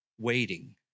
waiting